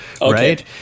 Right